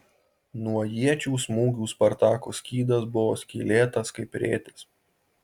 nuo iečių smūgių spartako skydas buvo skylėtas kaip rėtis